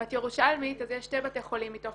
אם את ירושלמית אז יש שני בתי חולים מתוך